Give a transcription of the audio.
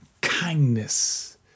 kindness